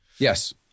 Yes